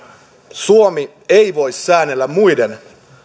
suomi ei voi säännellä muiden